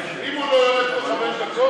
אם הוא לא יורד בתוך חמש דקות,